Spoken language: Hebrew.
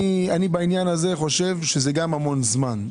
בעניין הזה אני חושב שזה המון זמן.